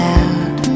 out